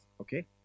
Okay